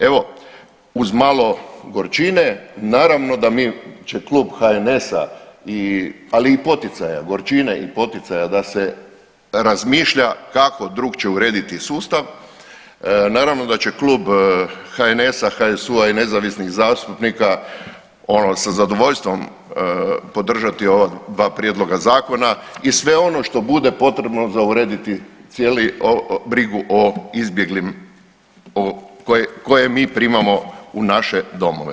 Evo uz malo gorčine naravno da će Klub HNS-a i, ali i poticaja, gorčine i poticaja da se razmišlja kako drukčije urediti sustav, naravno da će Klub HNS-a, HSU-a i Nezavisnih zastupnika sa zadovoljstvom podržati ova dva prijedloga zakona i sve ono što bude potrebno za urediti cijeli brigu o izbjeglim o, koje, koje mi primamo u naše domove.